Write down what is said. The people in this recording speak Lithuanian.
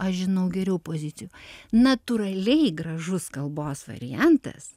aš žinau geriau pozicijų natūraliai gražus kalbos variantas